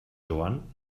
joan